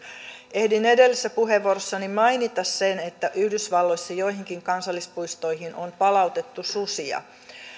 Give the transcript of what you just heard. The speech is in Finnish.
ehdin edellisessä puheenvuorossani mainita sen että yhdysvalloissa joihinkin kansallispuistoihin on palautettu susia